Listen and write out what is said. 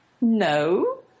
No